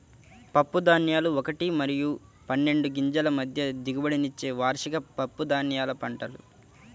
పప్పుధాన్యాలు ఒకటి మరియు పన్నెండు గింజల మధ్య దిగుబడినిచ్చే వార్షిక పప్పుధాన్యాల పంటలు